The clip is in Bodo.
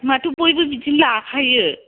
माथो बयबो बिदिनो लाखायो